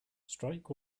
strike